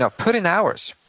ah put in hours,